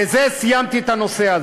בזה סיימתי את הנושא הזה.